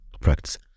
practice